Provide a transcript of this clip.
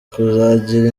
kuzagira